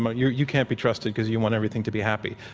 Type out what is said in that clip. but you you can't be trusted because you want everything to be happy.